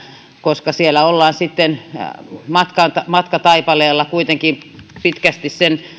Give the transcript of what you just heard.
koska siellä ollaan sitten matkataipaleella kuitenkin pitkästi sen